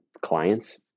clients